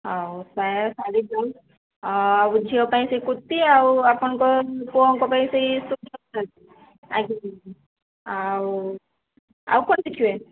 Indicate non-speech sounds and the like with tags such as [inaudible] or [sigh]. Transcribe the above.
ଆଉ ସାୟା ଶାଢ଼ୀ ବ୍ଲାଉଜ୍ ଆଉ ଝିଅ ପାଇଁ ସେ କୁର୍ତ୍ତୀ ଆଉ ଆପଣଙ୍କର ପୁଅଙ୍କ ପାଇଁ [unintelligible] ଆଉ ଆଉ କ'ଣ ଦେଖିବେ